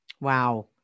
Wow